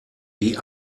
die